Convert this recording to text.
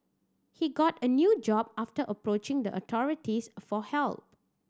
he got a new job after approaching the authorities for help